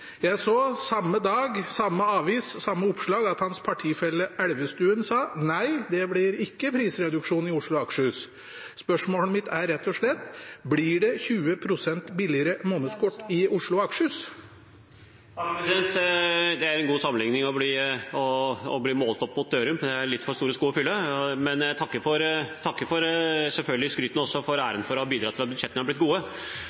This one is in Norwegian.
Jeg så samme dag i samme avis og samme oppslag at hans partifelle Elvestuen sa at nei, det blir ikke prisreduksjon i Oslo og Akershus. Spørsmålet mitt er rett og slett: Blir det 20 pst. billigere månedskort i Oslo og Akershus? Det er en god sammenligning å bli målt opp mot Dørum. Det er litt for store sko å fylle, men jeg takker selvfølgelig for skrytet og også for æren for at budsjettene har blitt gode.